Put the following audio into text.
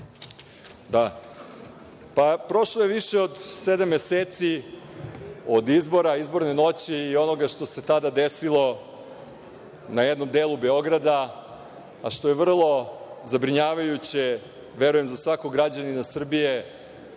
Prošlo je više od sedam meseci od izborne noći i onoga što se tada desilo na jednom delu Beograda, a što je vrlo zabrinjavajuće, verujem, za svakog građanina Srbije,